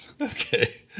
Okay